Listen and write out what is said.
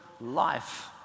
life